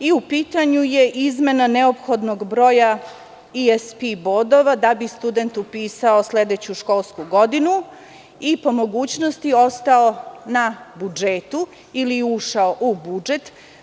U pitanju je izmena neophodnog broja EPS bodova da bi student upisao sledeću školsku godinu, i po mogućnosti ostanu na budžetu ili ušao u budžet.